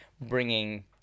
bringing